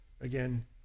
Again